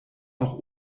noch